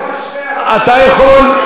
אתה יכול,